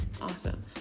Awesome